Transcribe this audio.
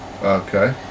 Okay